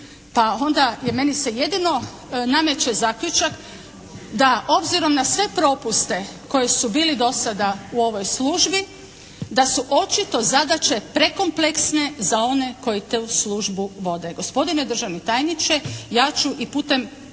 Pa onda meni se jedino nameće zaključak da obzirom na sve propuste koji su bili dosada u ovoj službi da su očito zadaće prekompleksne za one koji tu službu vode. Gospodine državni tajniče, ja ću i putem